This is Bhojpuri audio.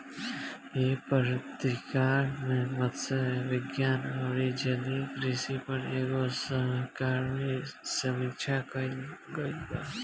एह पत्रिका में मतस्य विज्ञान अउरी जलीय कृषि पर एगो सहकर्मी समीक्षा कईल गईल बा